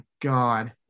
god